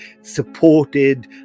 supported